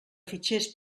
fitxers